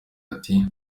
ati